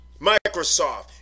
Microsoft